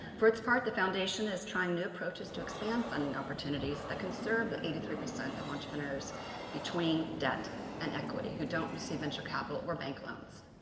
for its part, the foundation is trying new approaches to expand funding opportunities that can serve the eighty three percent of entrepreneurs between debt and equity, who don't receive venture capital or bank loans.